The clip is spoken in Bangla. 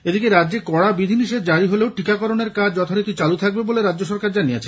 এদিকে রাজ্যে কড়া বিধিনিষেধ জারি হলেও টিকাকরণ এর কাজ যথারীতি চালু থাকবে বলে রাজ্য সরকার জানিয়েছে